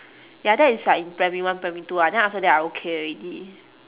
ya that is like in primary one primary two ah then after that I okay already